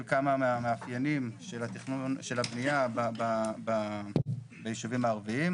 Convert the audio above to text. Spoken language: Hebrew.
כמה מהמאפיינים של הבניה בישובים הערביים,